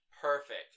Perfect